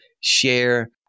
share